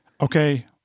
okay